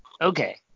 Okay